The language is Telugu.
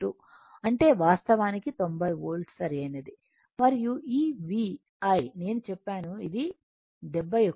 అంటే వాస్తవానికి 90 వోల్ట్ సరైనది మరియు ఈ V I నేను చెప్పాను ఇది 71 అంటే 70